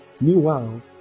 Meanwhile